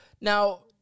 now